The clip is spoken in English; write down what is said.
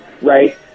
Right